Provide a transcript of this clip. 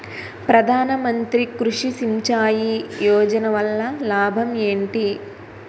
ప్రధాన మంత్రి కృషి సించాయి యోజన వల్ల లాభం ఏంటి?